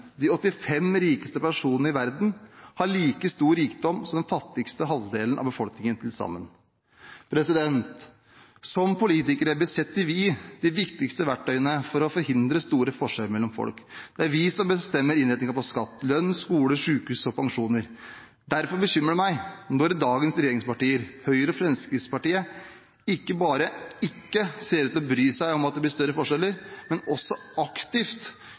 De 85 rikeste personene i verden har like stor rikdom som den fattigste halvdelen av befolkningen til sammen. Som politikere besitter vi de viktigste verktøyene for å forhindre store forskjeller mellom folk. Det er vi som bestemmer innretningen på skatt, lønn, skole, sykehus og pensjoner. Derfor bekymrer det meg når dagens regjeringspartier, Høyre og Fremskrittspartiet, ikke bare ser ut til ikke å bry seg om at det blir større forskjeller, men også aktivt,